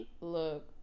Look